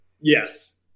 Yes